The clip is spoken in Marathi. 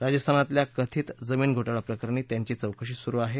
राजस्थानातल्या कथित जमीन घोटाळा प्रकरणी त्यांची चौकशी सुरु आहे